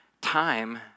time